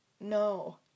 No